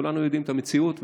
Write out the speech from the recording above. כולנו יודעים את המציאות,